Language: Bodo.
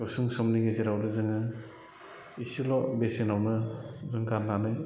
गुसुं समनि गेजेरावनो जोङो इसेल' बेसेनावनो जों गारनानै